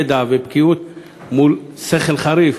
ידע ובקיאות מול שכל חריף.